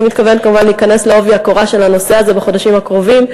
אני מתכוונת כמובן להיכנס בעובי הקורה בחודשים הקרובים.